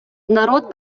народ